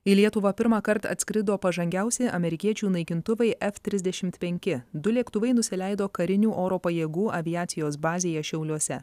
į lietuvą pirmąkart atskrido pažangiausi amerikiečių naikintuvai ef trisdešimt penki du lėktuvai nusileido karinių oro pajėgų aviacijos bazėje šiauliuose